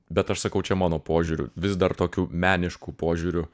bet aš sakau čia mano požiūriu vis dar tokiu menišku požiūriu